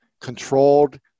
controlled